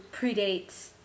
predates